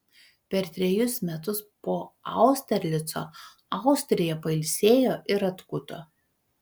per trejus metus po austerlico austrija pailsėjo ir atkuto